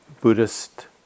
Buddhist